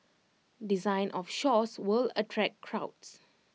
design of stores will attract crowds